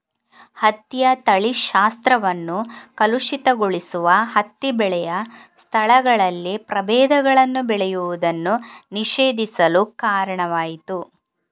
ಹತ್ತಿಯ ತಳಿಶಾಸ್ತ್ರವನ್ನು ಕಲುಷಿತಗೊಳಿಸುವ ಹತ್ತಿ ಬೆಳೆಯ ಸ್ಥಳಗಳಲ್ಲಿ ಪ್ರಭೇದಗಳನ್ನು ಬೆಳೆಯುವುದನ್ನು ನಿಷೇಧಿಸಲು ಕಾರಣವಾಯಿತು